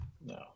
no